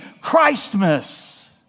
Christmas